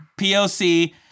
POC